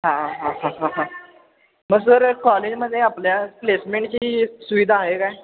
हां हां हां ह ह मग सर कॉलेजमध्ये आपल्या प्लेसमेंटची सुविधा आहे काय